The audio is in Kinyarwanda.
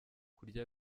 kurya